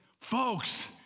Folks